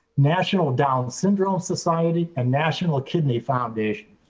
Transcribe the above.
national down syndrome society and national kidney foundation.